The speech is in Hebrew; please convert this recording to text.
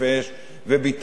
וביטחון,